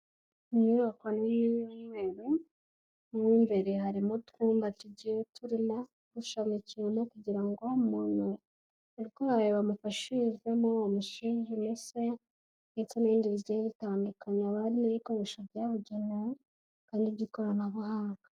Mu nyubako nini y'umweru, mu imbere harimo utwumba tugiye turimo, dushamikiyemo kugira ngo umuntu urwaye bamufashirizemo, bamusuzumese, ndetse n'ibindi bigiye bitandukanye, haba harimo ibikoresho byabugenewe, hakaba n'iby'ikoranabuhanga.